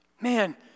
man